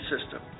system